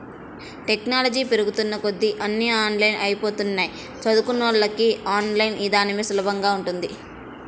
technology పెరుగుతున్న కొద్దీ అన్నీ ఆన్లైన్ అయ్యిపోతన్నయ్, చదువుకున్నోళ్ళకి ఆన్ లైన్ ఇదానమే సులభంగా ఉంటది